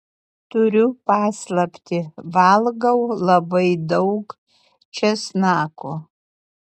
turiu paslaptį valgau labai daug česnako